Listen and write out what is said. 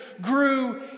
grew